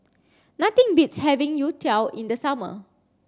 nothing beats having Youtiao in the summer